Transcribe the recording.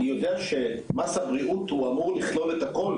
אני יודע שמס הבריאות אמור לכלול את הכל,